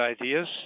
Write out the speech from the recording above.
ideas